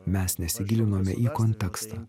mes nesigilinome į kontekstą